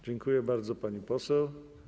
Dziękuję bardzo, pani poseł.